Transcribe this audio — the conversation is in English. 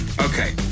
Okay